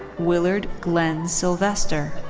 willard glen sylvester.